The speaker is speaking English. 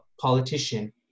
politician